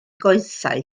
goesau